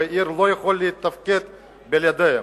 והעיר לא יכולה לתפקד בלעדיהם.